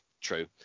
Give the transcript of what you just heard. True